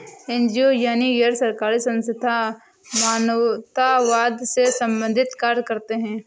NGO यानी गैर सरकारी संस्थान मानवतावाद से संबंधित कार्य करते हैं